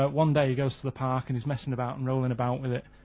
but one day, he goes to the park and he's messin' about and rollin' about with it,